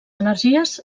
energies